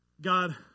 God